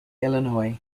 illinois